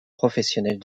professionnels